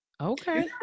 Okay